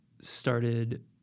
started